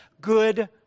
Good